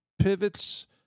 pivots